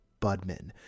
Budman